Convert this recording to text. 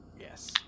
Yes